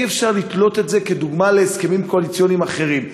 אי-אפשר לתלות את זה כדוגמה להסכמים קואליציוניים אחרים.